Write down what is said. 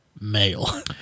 male